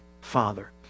Father